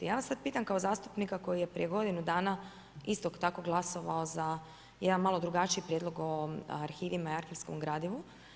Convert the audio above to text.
Ja vas sad pitam kao zastupnika koji je prije godinu isto tako glasovao za jedan malo drugačiji prijedlog o arhivima i arhivskom gradivu.